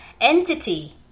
entity